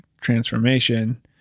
transformation